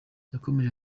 yakomeje